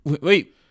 wait